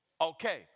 Okay